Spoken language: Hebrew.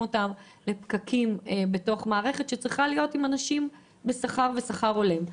אותם לפקקים במקום תקנים קבועים בשכר הולם לאזרחים.